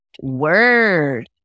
word